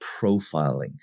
profiling